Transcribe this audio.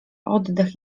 oddech